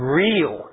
real